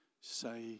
say